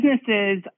businesses